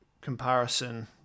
comparison